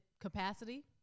capacity